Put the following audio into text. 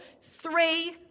three